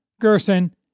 Gerson